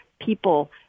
people